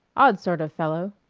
odd sort of fellow!